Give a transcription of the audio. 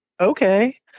okay